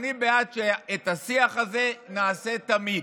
אני בעד שאת השיח הזה נעשה תמיד.